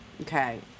Okay